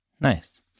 Nice